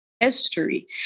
History